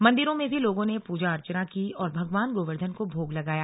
मंदिरों में भी लोगों ने पूजा अर्चना की और भगवान गोवर्धन को भोग लगाया